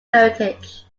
heritage